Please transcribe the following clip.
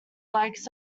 likes